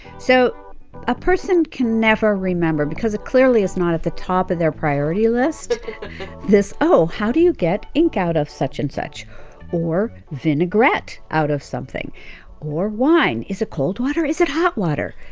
so a person can never remember because it clearly is not at the top of their priority list this, oh, how do you get ink out of such and such or vinaigrette out of something or wine? is it cold water? is it hot water?